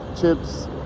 chips